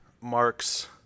marks